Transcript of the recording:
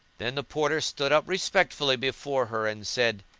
then the porter stood up respectfully before her and said,